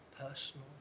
personal